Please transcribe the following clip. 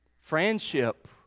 Friendship